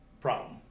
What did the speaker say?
Problem